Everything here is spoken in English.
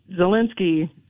Zelensky